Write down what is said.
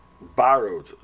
borrowed